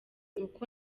uko